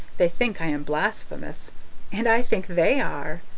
they think i am blasphemous and i think they are!